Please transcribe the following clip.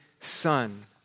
son